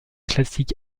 classic